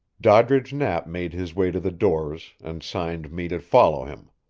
doddridge knapp made his way to the doors and signed me to follow him,